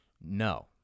No